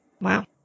Wow